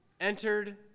entered